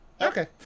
Okay